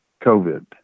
COVID